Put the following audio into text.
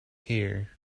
here